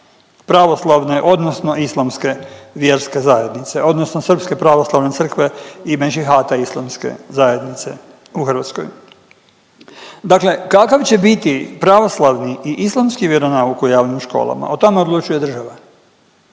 pravoslavne odnosno islamske vjerske zajednice odnosno Srpske pravoslavne crkve i Mešihata islamske zajednice u Hrvatskoj. Dakle kakav će biti pravoslavni i islamski vjeronauk u javnim školama, o tome odlučuje država.